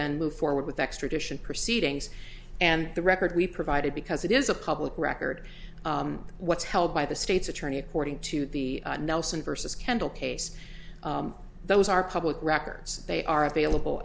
then move forward with extradition proceedings and the record we provided because it is a public record what's held by the state's attorney according to the nelson versus kendall case those are public records they are available